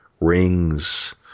rings